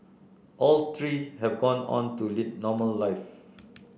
all three have gone on to lead normal life